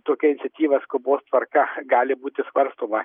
tokia iniciatyva skubos tvarka gali būti svarstoma